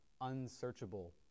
unsearchable